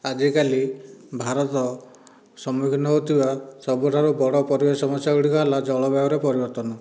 ଆଜିକାଲି ଭାରତ ସମ୍ମୁଖୀନ ହେଉଥିବା ସବୁଠାରୁ ବଡ଼ ପରିବେଶ ସମସ୍ୟା ଗୁଡ଼ିକ ହେଲା ଜଳବାୟୁରେ ପରିବର୍ତ୍ତନ